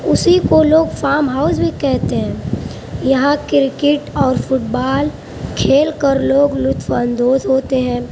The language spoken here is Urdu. اسی کو لوگ فارم ہاؤس بھی کہتے ہیں یہاں کرکٹ اور فٹ بال کھیل کر لوگ لطف اندوز ہوتے ہیں